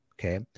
okay